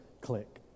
click